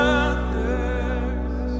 others